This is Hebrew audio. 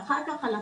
ואחר כך על התוצאה.